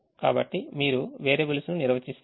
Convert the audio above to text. కాబట్టి మీరు వేరియబుల్స్ ను నిర్వచిస్తారు